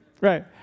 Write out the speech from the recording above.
Right